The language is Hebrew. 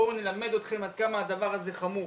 בואו נלמד אתכם עד כמה הדבר הזה חמור.